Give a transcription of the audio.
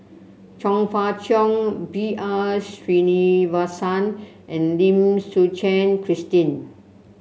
Chong Fah Cheong B R Sreenivasan and Lim Suchen Christine